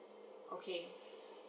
okay